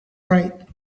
right